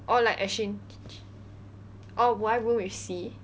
oh like exchange oh would I room with C